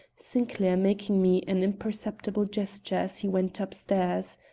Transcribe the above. sinclair making me an imperceptible gesture as he went up stairs.